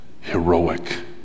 heroic